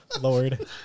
Lord